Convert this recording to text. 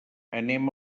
anem